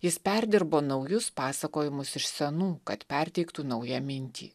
jis perdirbo naujus pasakojimus iš senų kad perteiktų naują mintį